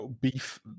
beef